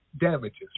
damages